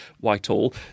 Whitehall